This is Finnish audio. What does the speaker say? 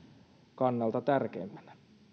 kannalta tärkeimpänä